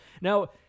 Now